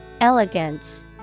Elegance